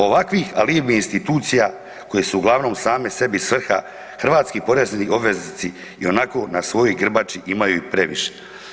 Ovakvih alibnih institucija koje su uglavnom same sebi svrha hrvatski porezni obveznici ionako na svojoj grbači imaju i previše.